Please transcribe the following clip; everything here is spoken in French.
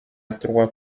trois